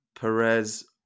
Perez